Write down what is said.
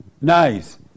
nice